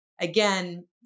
again